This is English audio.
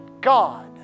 God